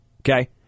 okay